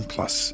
Plus